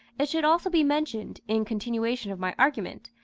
it should also be mentioned, in continuation of my argument,